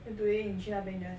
then today 你去那边 just